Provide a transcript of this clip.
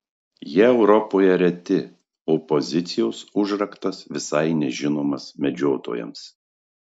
jie europoje reti o pozicijos užraktas visai nežinomas medžiotojams